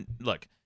look